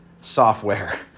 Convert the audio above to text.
software